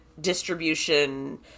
distribution